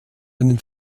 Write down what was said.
einen